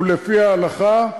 והוא לפי ההלכה,